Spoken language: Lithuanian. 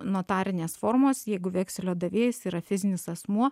notarinės formos jeigu vekselio davėjas yra fizinis asmuo